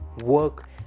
work